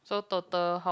so total how